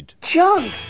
Junk